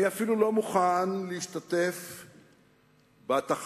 אני אפילו לא מוכן להשתתף בתחרות